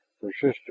persisted